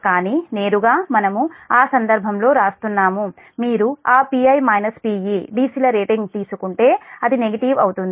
కానీ నేరుగా మనము ఆ సందర్భంలో వ్రాస్తున్నాము మీరు ఆ Pi Pe డిసిలరేటింగ్ తీసుకుంటే అది నెగిటివ్ అవుతుంది